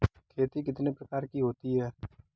खेती कितने प्रकार की होती है?